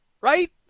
right